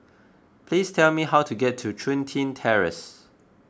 please tell me how to get to Chun Tin Terrace